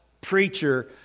preacher